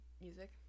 music